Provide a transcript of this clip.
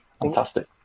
Fantastic